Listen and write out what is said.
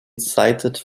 sighted